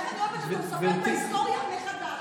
איך אני אוהבת שאתה מספר את ההיסטוריה מחדש,